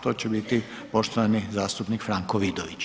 To će biti poštovani zastupnik Franko Vidović.